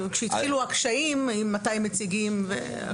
כשהתחילו הקשיים לגבי מתי מציגים.